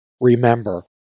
remember